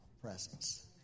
presence